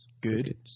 Good